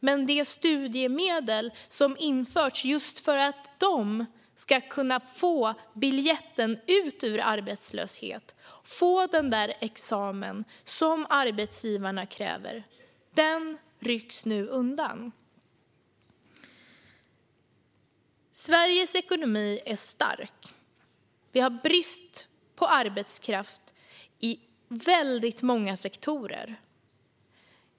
Men det studiemedel som införts just för att de ska kunna få biljetten ut ur arbetslöshet, få den där examen som arbetsgivarna kräver, rycks nu undan. Sveriges ekonomi är stark. Vi har brist på arbetskraft i väldigt många sektorer.